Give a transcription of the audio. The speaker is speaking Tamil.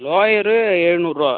லோயர் எழுநூறுரூவா